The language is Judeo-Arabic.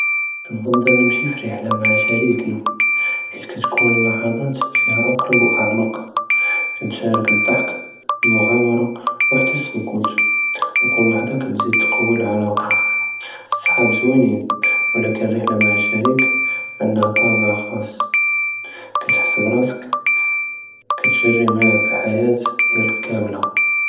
כנפצ׳ל נמשי פְּרִחְלַה מַע שְרִיקִי חִית כַּאתְכוּן לַחְצַאת פִיהַא אַקְרַב וְאַעְמַק، כּנְתְשַארֶכּ אֶדְּדַחְכּ וְאַלְמֻעַ'אמַרַה וְחַתַּא אֶסְּכּוּת וּכֻל וְחְדַה כִּתְזִיד תְּקַוִּי אלְעַלַאקַה, אֶצְּחַאבּ זוִוִינִין וּלַכִּן רִחְלַה מַע שְרִיק עִנְדַהא טַאבַּע חַ'אס، כִּתְחַס בְּרַאסֶכּ כִּתְגְ'רִי מַעַא בִּחְיַאתֶכּ כַּאמְּלַה.